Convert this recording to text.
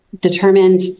determined